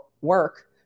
work